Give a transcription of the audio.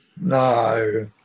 no